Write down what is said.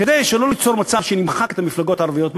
כדי שלא ליצור מצב שנמחק את המפלגות הערביות מהכנסת.